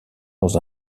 dans